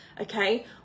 okay